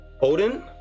Odin